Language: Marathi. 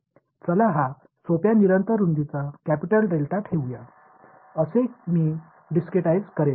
चला हा सोप्या निरंतर रुंदीचा कॅपिटल डेल्टा ठेवूया असे मी डिस्क्रिटाईझ करेन